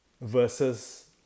versus